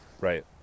Right